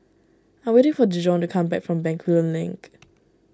I'm waiting for Dijon to come back from Bencoolen Link